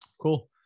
Cool